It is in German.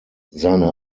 seine